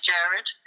Jared